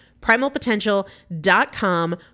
Primalpotential.com